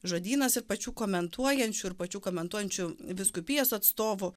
žodynas ir pačių komentuojančių ir pačių komentuojančių vyskupijas atstovų